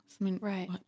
Right